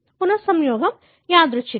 పునఃసంయోగం యాదృచ్ఛికం